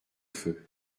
feu